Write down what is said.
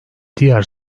diğer